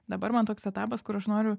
dabar man toks etapas kur aš noriu